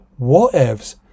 whatevs